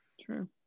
True